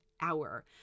hour